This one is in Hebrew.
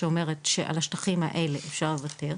שאומרת שעל השטחים האלה אפשר לוותר,